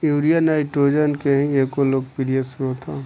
urea nitrogen के ही एगो लोकप्रिय स्रोत ह